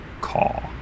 call